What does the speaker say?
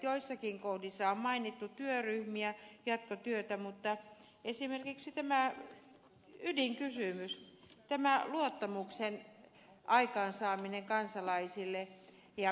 joissakin kohdissa on mainittu työryhmiä jatkotyötä mutta esimerkiksi tämä ydinkysymys kansalaisten luottamuksen aikaansaaminen päätöksentekijöitä kohtaan puuttuu